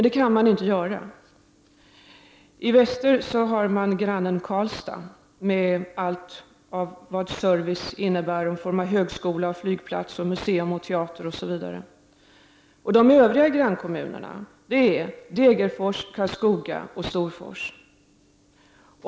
Det kan man inte göra. I väster finns grannstaden Karlstad med allt vad service innebär i form av högskola, flygplats, museum, teater osv. De övriga grannkommunerna är Degerfors, Karlskoga och Storfors.